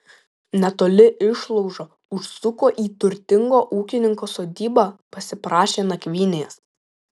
netoli išlaužo užsuko į turtingo ūkininko sodybą pasiprašė nakvynės